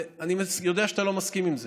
ואני יודע שאתה לא מסכים עם זה,